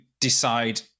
decide